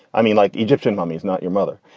i mean, like egyptian mummies, not your mother.